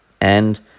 and